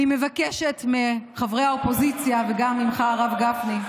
אני מבקשת מחברי האופוזיציה וגם ממך, הרב גפני,